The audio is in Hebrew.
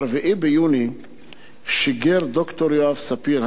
ב-4 ביוני שיגר ד"ר יואב ספיר,